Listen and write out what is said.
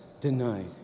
denied